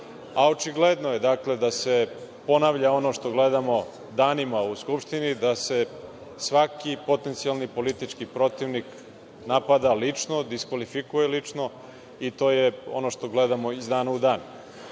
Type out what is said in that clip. a očigledno je da se ponavlja ono što gledamo danima u Skupštini, da se svaki potencijalni politički protivnik napada lično, diskvalifikuje lično i to je ono što gledamo iz dana u dan. Još